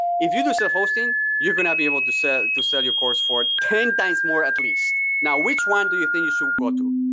if you do self-hosting, you're going to be able to sell to sell your course for ten times more at least. now which one do you think you should go to?